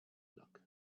luck